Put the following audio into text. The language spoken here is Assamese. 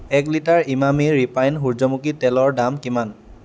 এক লিটাৰ ইমামী ৰিফাইণ্ড সূৰ্য্যমুখী তেলৰ দাম কিমান